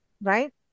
right